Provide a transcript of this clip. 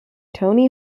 toni